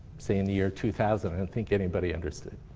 say in the year two thousand, i don't think anybody understood.